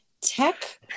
tech